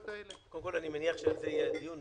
קודם כול, אני מניח שעל זה יהיה דיון,